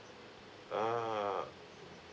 ah